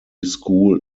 school